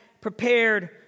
prepared